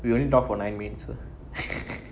we only talk for nine minute sir